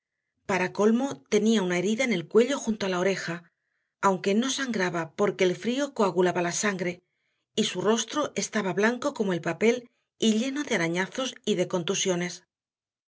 para colmo tenía una herida en el cuello junto a la oreja aunque no sangraba porque el frío coagulaba la sangre y su rostro estaba blanco como el papel y lleno de arañazos y de contusiones